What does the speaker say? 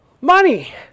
Money